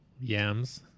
Yams